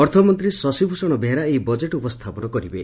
ଅର୍ଥମନ୍ତୀ ଶଶୀଭ୍ଷଶ ବେହେରା ଏହି ବଜେଟ୍ ଉପସ୍ତାପନ କରିବେ